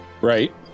Right